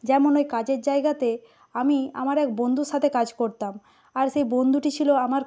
যেমন ওই কাজের জায়গাতে আমি আমার এক বন্ধুর সাথে কাজ করতাম আর সেই বন্ধুটি ছিল আমার